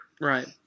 Right